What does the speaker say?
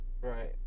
Right